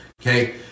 okay